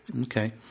Okay